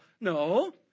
No